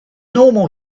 normal